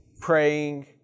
praying